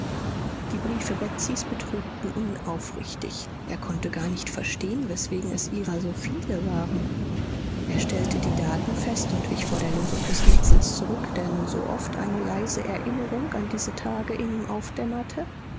die briefe betsys betrübten ihn aufrichtig er konnte gar nicht verstehen weswegen es ihrer so viele waren er stellte die daten fest und wich vor der lösung des rätsels zurück denn so oft eine leise erinnerung an diese tage in ihm aufdämmerte